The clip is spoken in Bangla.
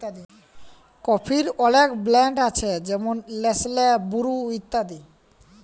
কফির অলেক ব্র্যাল্ড আছে যেমল লেসলে, বুরু ইত্যাদি